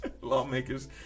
Lawmakers